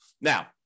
Now